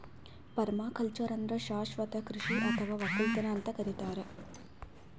permaculture ಅಂದ್ರ ಶಾಶ್ವತ್ ಕೃಷಿ ಅಥವಾ ವಕ್ಕಲತನ್ ಅಂತ್ ಕರಿತಾರ್